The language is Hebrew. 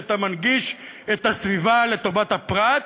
אתה מנגיש את הסביבה לטובת הפרט,